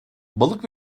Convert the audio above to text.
balık